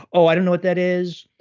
oh i don't know what that is,